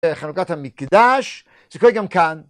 חנוכת המקדש.. זה קורה גם כאן